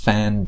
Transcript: Fan